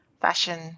fashion